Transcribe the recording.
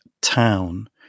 town